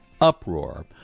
uproar